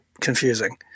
confusing